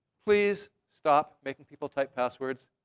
please stop making people type passwords.